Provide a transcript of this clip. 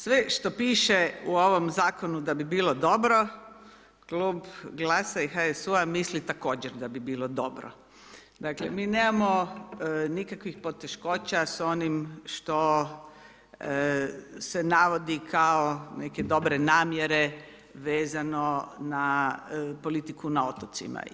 Sve što piše u ovom zakonu da bi bilo dobro, Klub GLAS-a i HSU-a misli također da bi bilo dobro, dakle mi nemamo nikakvih poteškoća s onim što se navodi kao neke dobre namjere vezano na politiku na otocima.